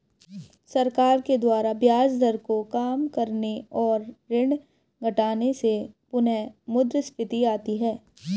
सरकार के द्वारा ब्याज दर को काम करने और ऋण घटाने से पुनःमुद्रस्फीति आती है